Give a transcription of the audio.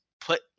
put